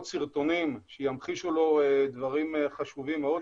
סרטונים שימחישו לו דברים חשובים מאוד.